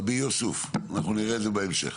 ח"כ יוסף, נגיע לזה בהמשך.